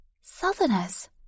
Southerners